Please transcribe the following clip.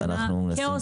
אנחנו מנסים.